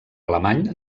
alemany